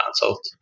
consult